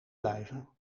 blijven